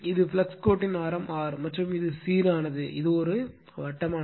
இது ஃப்ளக்ஸ் கோட்டின் ஆரம் r மற்றும் இது சீரானது இது ஒரு வட்டமானது